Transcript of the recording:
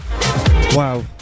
Wow